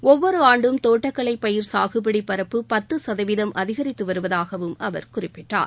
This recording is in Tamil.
ஒவ்வொரு ஆண்டும் தோட்டக்கலை பயிர் சாகுபடி பரப்பு பத்து சதவீதம் அதிகரித்து வருவதாகவும் அவர் குறிப்பிட்டார்